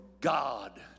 God